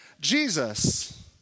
Jesus